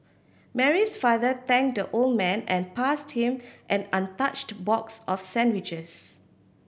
Mary's father thanked the old man and passed him an untouched box of sandwiches